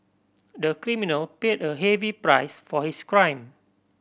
the criminal paid a heavy price for his crime